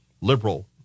liberal